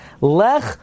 Lech